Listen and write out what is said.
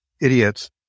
idiots